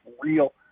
real